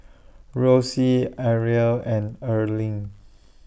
Rosie Arielle and Erling